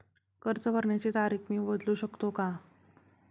कर्ज भरण्याची तारीख मी बदलू शकतो का?